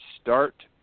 start